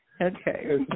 Okay